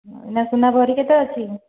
ଏଇନା ସୁନା ଭରି କେତେ ଅଛି